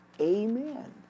amen